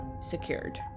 secured